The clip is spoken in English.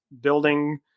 building